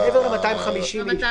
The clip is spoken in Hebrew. מעבר ל-250 אנשים.